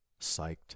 psyched